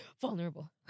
vulnerable